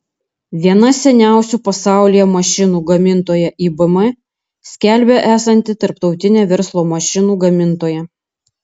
viena seniausių pasaulyje mašinų gamintoja ibm skelbia esanti tarptautine verslo mašinų gamintoja